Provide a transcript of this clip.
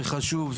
זה חשוב,